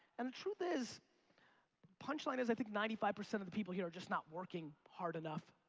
and truth is punchline is i think ninety five percent of the people here are just not working hard enough.